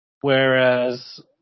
Whereas